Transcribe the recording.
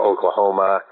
Oklahoma